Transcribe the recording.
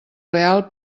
real